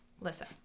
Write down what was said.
Listen